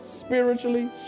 spiritually